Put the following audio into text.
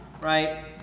right